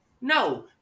no